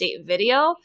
video